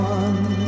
one